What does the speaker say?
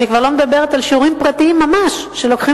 אני כבר לא מדברת על שיעורים פרטיים ממש שלוקחים